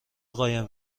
قایم